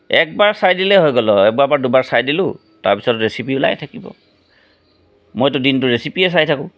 এক বাৰ চাই দিলে হৈ গ'ল আৰু এক বাৰ বা দুবাৰ চাই দিলোঁ তাৰপিছত ৰেচিপি ওলাই থাকিব মইতো দিনটো ৰেচিপিয়ে চাই থাকোঁ